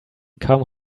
come